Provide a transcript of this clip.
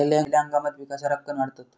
खयल्या हंगामात पीका सरक्कान वाढतत?